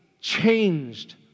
changed